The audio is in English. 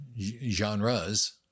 genres